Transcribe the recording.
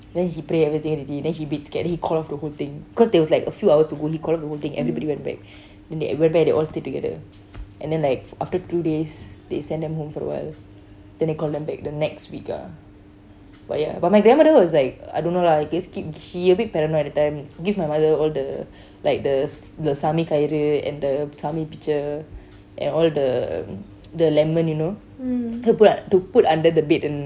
then he pray everything already then he a bit scared then he call off the whole thing cause there was like a few hours to go he call off the whole thing everybody went back then they everybody they all stay together and then like after two days they send them home for awhile then they call them back the next week ah but ya but my grandmother was like I don't know lah just keep she a bit paranoid that time give my mother all the the like the the the சாமி கயிறு:chaami kayilu and the சாமி:chaami picture and all the the the lemon you know to put under the bed